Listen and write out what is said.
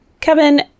Kevin